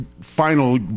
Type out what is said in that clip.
final